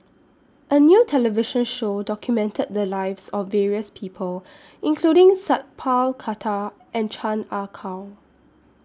A New television Show documented The Lives of various People including Sat Pal Khattar and Chan Ah Kow